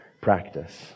practice